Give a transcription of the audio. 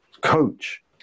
coach